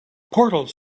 portals